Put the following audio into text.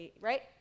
right